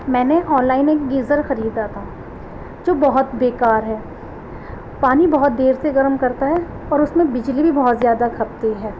میں نے online ایک گیزر خریدا تھا جو بہت بیکار ہے پانی بہت دیر سے گرم کرتا ہے اور اس میں بجلی بھی بہت زیادہ کھپتی ہے